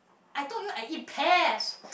I told you I eat pears